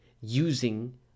using